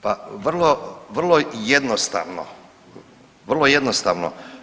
Pa vrlo jednostavno, vrlo jednostavno.